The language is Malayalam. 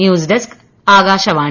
news desk Akashvani